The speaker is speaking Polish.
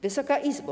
Wysoka Izbo!